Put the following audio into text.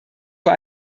vor